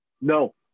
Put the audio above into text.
no